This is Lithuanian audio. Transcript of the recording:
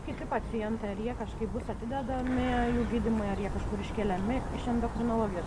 kiti pacientai ar jie kažkaip bus atidedami jų gydymai ar jie kažkur iškeliami iš endokrinologijos